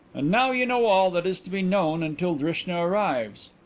and now you know all that is to be known until drishna arrives.